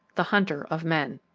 the hunter of men.